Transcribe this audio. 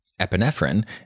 Epinephrine